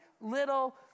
little